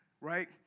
right